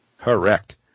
Correct